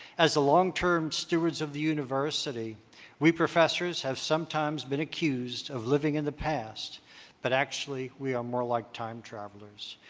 as the long-term stewards of the university we professors have sometimes been accused of living in the past but actually we are more like time travelers.